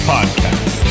Podcast